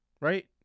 right